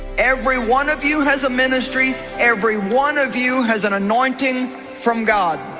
every one of you has a ministry every one of you has an anointing from god